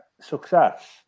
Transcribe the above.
success